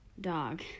dog